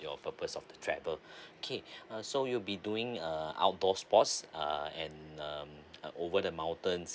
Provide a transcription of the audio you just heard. your purpose of the travel okay uh so you'll be doing a outdoor sports uh and um uh over the mountains